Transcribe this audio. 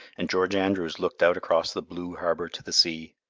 and george andrews looked out across the blue harbor to the sea.